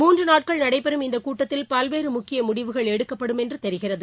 மூன்று நாட்கள் நடைபெறும் இந்த கூட்டத்தில் பல்வேறு முக்கிய முடிவுகள் எடுக்கப்படும் என்று தெரிகிறது